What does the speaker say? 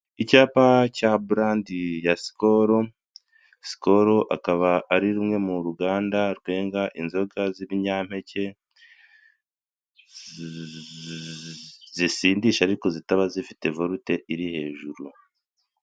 Icyapa cya burandi ya sikoro, sikoro akaba arimwe mu ruganda rwenga inzoga z'ibinyampeke, zisindisha ariko zitaba zifite vorute iri hejuru.